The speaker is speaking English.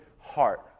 Heart